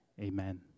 Amen